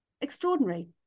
extraordinary